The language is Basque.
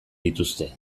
dituzte